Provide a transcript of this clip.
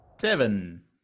Seven